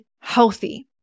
healthy